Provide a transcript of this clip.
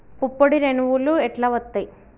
పుప్పొడి రేణువులు ఎట్లా వత్తయ్?